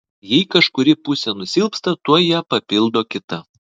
jei kažkuri pusė nusilpsta tuoj ją papildo kita